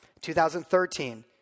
2013